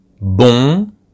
Bon